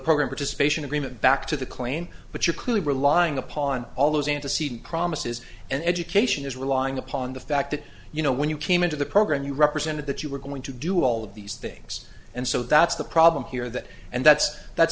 program participation agreement back to the claim but you're clearly relying upon all those antecedent promises and education is relying upon the fact that you know when you came into the program you represented that you were going to do all of these things and so that's the problem here that and that's that's